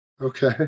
Okay